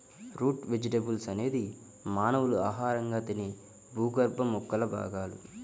route vegetables అనేది మానవులు ఆహారంగా తినే భూగర్భ మొక్కల భాగాలు